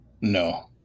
No